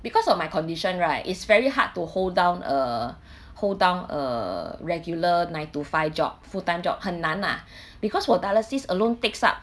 because of my condition right is very hard to hold down a hold down a regular nine to five job full time job 很难 lah because 我 dialysis alone takes up